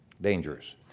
Dangerous